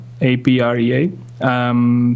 A-P-R-E-A